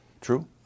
True